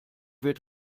wird